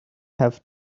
have